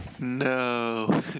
No